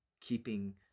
keeping